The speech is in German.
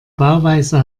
bauweise